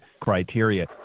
criteria